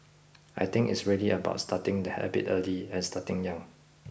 I think it's really about starting the habit early and starting young